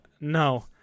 no